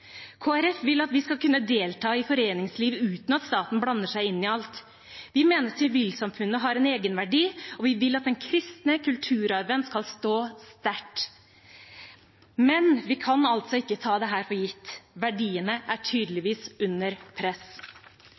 vil at vi skal kunne delta i foreningsliv uten at staten blander seg inn i alt. Vi mener sivilsamfunnet har en egenverdi, og vi vil at den kristne kulturarven skal stå sterkt. Men vi kan altså ikke ta dette for gitt. Verdiene er tydeligvis under press.